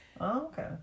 Okay